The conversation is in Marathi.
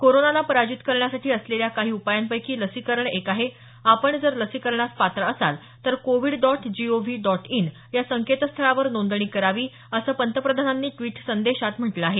कोरोनाला पराजित करण्यासाठी असलेल्या काही उपायांपैकी लसीकरण एक आहे आपण जर लसीकरणास पात्र असाल तर Covid dot G O V dot in या संकेतस्थळावर नोंदणी करावी असं पंतप्रधानांनी ट्विट संदेशात म्हटलं आहे